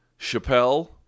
Chappelle